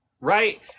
Right